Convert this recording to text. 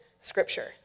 scripture